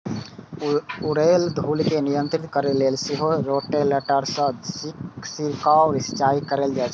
उड़ैत धूल कें नियंत्रित करै लेल सेहो रोटेटर सं छिड़काव सिंचाइ कैल जाइ छै